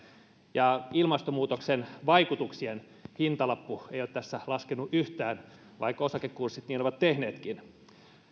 ja ilmastonmuutoksen vaikutuksien hintalappu ei ei ole tässä laskenut yhtään vaikka osakekurssit niin ovat tehneetkin